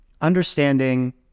understanding